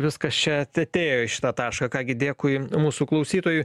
viskas čia atėjo į šitą tašką ką gi dėkui mūsų klausytojui